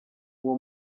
uwo